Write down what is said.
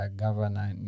governor